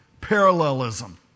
parallelism